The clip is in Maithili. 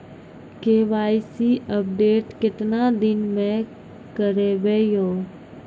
के.वाई.सी अपडेट केतना दिन मे करेबे यो?